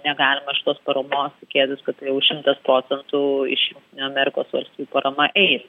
negalima šitos paramos tikėtis kad ta jau šimtas procentų iš amerikos valstijų parama eis